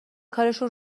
کارشون